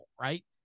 right